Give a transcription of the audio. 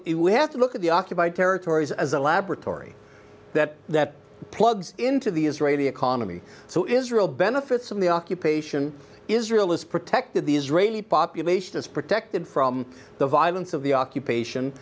would have to look at the occupied territories as a laboratory that that plugs into the israeli economy so israel benefits from the occupation israel is protected the israeli population is protected from the violence of the occupation